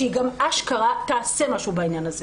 שהיא גם אשכרה תעשה משהו בעניין הזה.